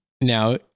now